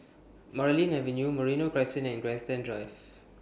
Marlene Avenue Merino Crescent and Grandstand Drive